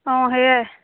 অঁ সেয়াই